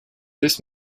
this